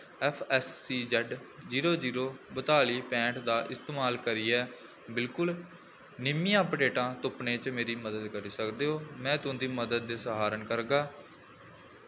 F S C Z zero zero बत्ताली पैंह्ट दा इस्तेमाल करियै बिलकुल नमियां अपडेटां तुप्पने च मेरी मदद करी सकदे ओ में तुं'दी मदद दी सराह्ना करगा